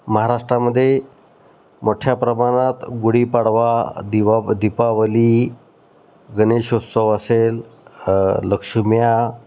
महाराष्ट्रामध्ये मोठ्या प्रमाणात गुढीपाडवा दिवाब दीपावली गणेशोत्सव असेल लक्ष्म्या